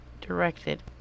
directed